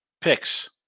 picks